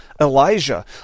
Elijah